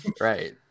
Right